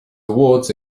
awards